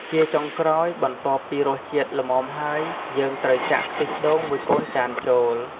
ជាចុងក្រោយ បន្ទាប់ពីរសជាតិល្មមហើយ យើងត្រូវចាក់ខ្ទិះដូងមួយកូនចានចូល។